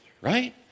right